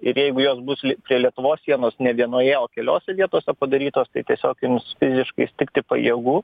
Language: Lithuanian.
ir jeigu jos bus prie lietuvos sienos ne vienoje o keliose vietose padarytos tai tiesiog ims fiziškai stigti pajėgų